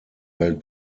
welt